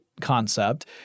concept